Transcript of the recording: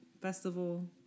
festival